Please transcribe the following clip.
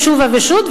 תשובה ושות',